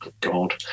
God